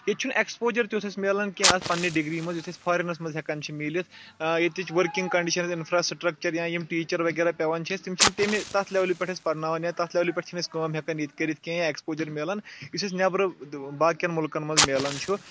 ییٚتہِ چھُ نہٕ ایٚکٕسپوجَر تیُتھ اَسہِ میلان کینٛہہ اَتھ پَننہِ ڈِگری منٛز یُتھ أسۍ فارِنَس منٛز ہیٚکن چھِ میٖلِتھ ییٚتِچ ؤرکِنٛگ کَنڈِشَنٕز اِنفراسٹرَکچَر یا یِم ٹیٖچَر وغیرہ پیٚوان چھِ اَسہِ تِم چھِ نہٕ تیٚمہِ تَتھ لیولہِ پؠٹھ اَسہِ پڑناوان یا تَتھ لیولہِ پؠٹھ چھِ نہٕ أسۍ کٲم ہیٚکان ییٚتہِ کٔرِتھ کینٛہہ ایٚکسپوجَر میلن یُس اَسہِ نؠبرٕ باقین مُلکَن منٛز میلان چھُ